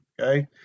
okay